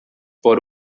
por